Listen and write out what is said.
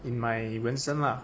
in my 人生啦